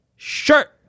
Shirt